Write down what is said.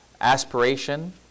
aspiration